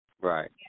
Right